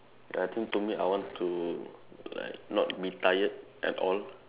ya I think to me I want to like not be tired at all